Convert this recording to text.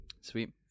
sweet